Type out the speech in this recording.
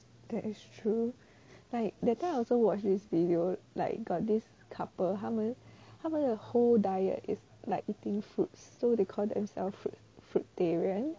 that is true like that time I also watch this video like got this couple 他们他们的 whole diet is like eating fruits so they call themselves fruit fruitarian